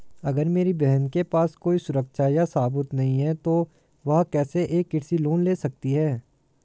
अगर मेरी बहन के पास कोई सुरक्षा या सबूत नहीं है, तो वह कैसे एक कृषि लोन ले सकती है?